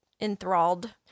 enthralled